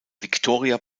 victoria